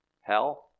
Hell